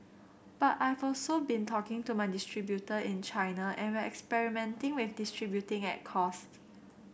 but I've also been talking to my distributor in China and we're experimenting with distributing at cost